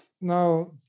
Now